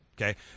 okay